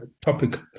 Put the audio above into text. topic